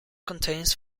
contains